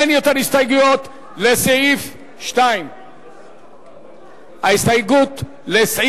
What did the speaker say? אין עוד הסתייגויות לסעיף 2. הסתייגות מס'